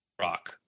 rock